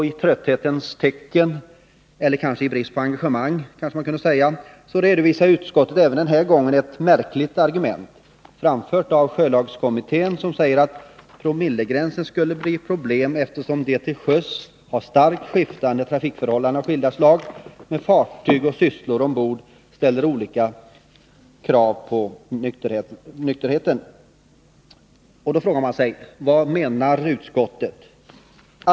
I trötthetens tecken — eller kanske i brist på engagemang — redovisar utskottet även den här gången ett märkligt argument, framfört av sjölagskommittén, som säger att promillegränsen skulle bli ett problem, eftersom de till sjöss starkt skiftande trafikförhållandena samt skilda slag av fartyg och sysslor ombord ställer olika starka krav i nykterhetshänseende. Man frågar sig: Vad menar utskottet?